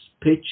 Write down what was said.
pitch